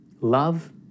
love